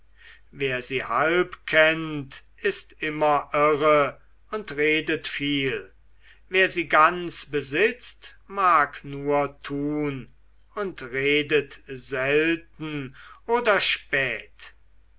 wer sie halb kennt ist immer irre und redet viel wer sie ganz besitzt mag nur tun und redet selten oder spät